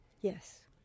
Yes